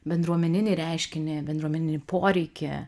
bendruomeninį reiškinį bendruomeninį poreikį